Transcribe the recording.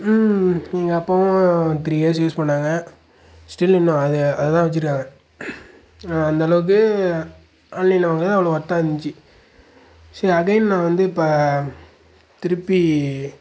எங்கள் அப்பாவும் three years use பண்ணாங்க ஸ்டில் இன்னும் அது அதைதான் வச்சுருக்காங்க அந்தளவுக்கு ஆன்லைனில் வாங்குறது அவ்வளோ ஒர்த்தாக இருந்துச்சு சரி அகைன் நான் வந்து இப்போ திருப்பி